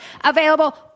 available